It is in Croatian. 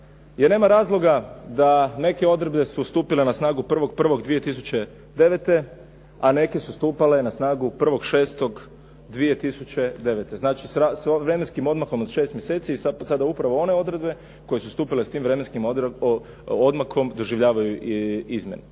Jer nema razloga da neke odredbe su stupile na snagu 1. 1. 2009. a neke su stupale na snagu 1. 6. 2009. znači s vremenskim odmakom od 6 mjesecu sada upravo one odredbe koje su stupile sa tim vremenskim odmakom doživljavaju i izmjene.